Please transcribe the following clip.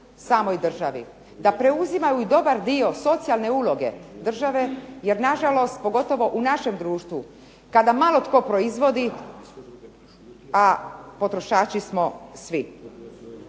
samoj državi da preuzimaju i dobar dio socijalne uloge države. Jer na žalost, pogotovo u našem društvu kada malo tko proizvodi a potrošači smo svi